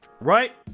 Right